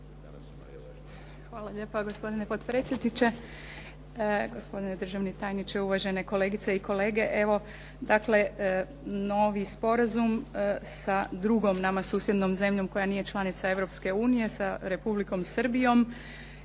Hvala lijepa gospodine potpredsjedniče, gospodine državni tajniče, uvažene kolegice i kolege. Evo dakle novi sporazum sa drugom nama susjednom zemljom koja nije članica Europske unije sa Republikom Srbijom.